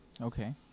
Okay